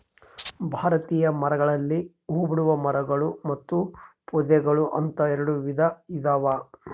ಭಾರತೀಯ ಮರಗಳಲ್ಲಿ ಹೂಬಿಡುವ ಮರಗಳು ಮತ್ತು ಪೊದೆಗಳು ಅಂತ ಎರೆಡು ವಿಧ ಇದಾವ